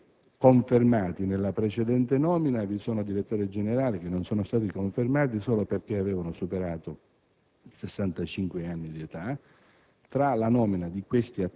ma tra i non confermati nella precedente nomina vi sono i direttori generali, che non sono stati confermati solo perché avevano superato i 65 anni di età.